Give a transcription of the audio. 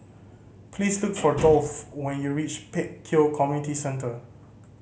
please look for Dolph when you reach Pek Kio Community Centre